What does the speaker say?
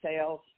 sales